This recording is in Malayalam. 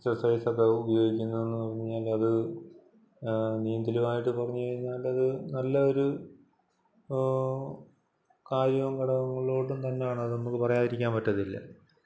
എക്സർസൈസൊക്കെ ഉപയോഗിക്കുന്നു എന്നു പറഞ്ഞാൽ അത് നീന്തലുമായിട്ട് പറഞ്ഞു കഴിഞ്ഞാലത് നല്ല ഒരു കായികവും ഘടകങ്ങളിലോട്ടും തന്നാണ് അത് നമുക്ക് പറയാതിരിക്കാൻ പറ്റത്തില്ല